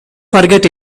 forget